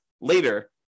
later